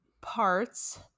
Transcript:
parts